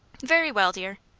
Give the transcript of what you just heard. very well, dear.